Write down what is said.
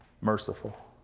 Merciful